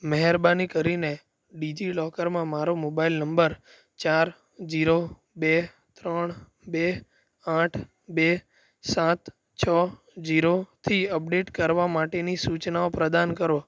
મહેરબાની કરીને ડિજિલોકરમાં મારો મોબાઇલ નંબર ચાર ઝીરો બે ત્રણ બે આઠ બે સાત છ ઝીરો થી અપડેટ કરવા માટેની સૂચનાઓ પ્રદાન કરો